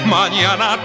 mañana